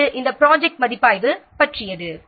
எனவே இது இந்த ப்ராஜெக்ட் மதிப்பாய்வு பற்றியது